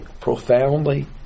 profoundly